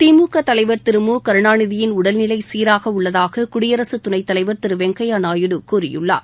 திமுக தலைவர் திரு மு கருணாநிதியின் உடல்நிலை சீராக உள்ளதாக குடியரசுத் துணைத் தலைவர் திரு வெங்கய்யா நாயுடு கூறியுள்ளார்